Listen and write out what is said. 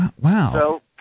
Wow